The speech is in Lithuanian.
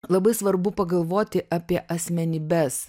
labai svarbu pagalvoti apie asmenybes